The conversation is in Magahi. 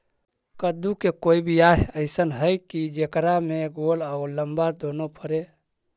कददु के कोइ बियाह अइसन है कि जेकरा में गोल औ लमबा दोनो फरे?